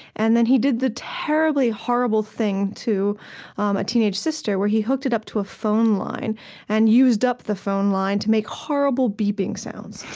and then he did the terribly horrible thing to um a teenaged sister, where he hooked it up to a phone line and used up the phone line to make horrible beeping sounds.